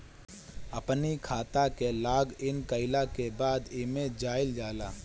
अपनी खाता के लॉगइन कईला के बाद एमे जाइल जाला